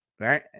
Right